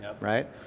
right